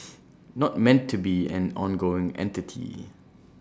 not meant to be an ongoing entity